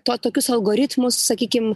to tokius algoritmus sakykim